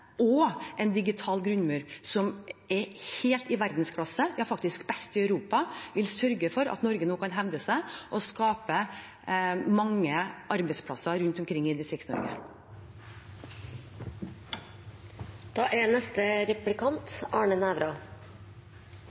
en digital grunnmur – som er helt i verdensklasse, ja, faktisk best i Europa – vil sørge for at Norge nå kan hevde seg og skape mange arbeidsplasser rundt omkring i Distrikts-Norge. Til det siste som statsråden sa – der er